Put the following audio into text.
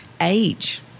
age